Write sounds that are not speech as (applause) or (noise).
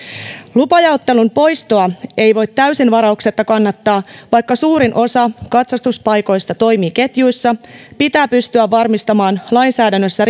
lupajaottelun poistoa ei voi täysin varauksetta kannattaa vaikka suurin osa katsastuspaikoista toimii ketjuissa pitää pystyä varmistamaan lainsäädännössä (unintelligible)